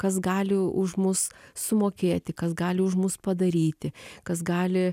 kas gali už mus sumokėti kas gali už mus padaryti kas gali